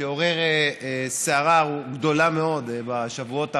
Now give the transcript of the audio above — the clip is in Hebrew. שעורר סערה גדולה מאוד בשבועות האחרונים,